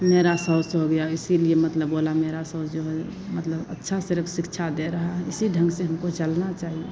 मेरा सॉस हो गया इसलिए मतलब बोला मेरा सॉस जो है मतलब अच्छा से रख शिक्षा दे रहा है इसी ढंग से हमको चलना चाहिए